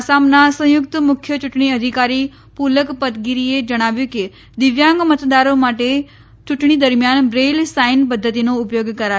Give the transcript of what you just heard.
આસામના સંયુકત મુખ્ય યુંટણી અધિકારી પુલક પતગીરીએ જણાવ્યું કે દિવ્યાંગ મતદારો માટે ચુંટણી દરમિયાન બ્રેઇલ સાઇન પધ્ધતિનો ઉપયોગ કરાશે